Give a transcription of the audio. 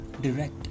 direct